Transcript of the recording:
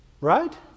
Right